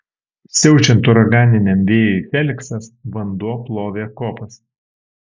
siaučiant uraganiniam vėjui feliksas vanduo plovė kopas